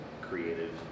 creative